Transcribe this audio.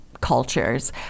cultures